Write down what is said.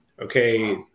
okay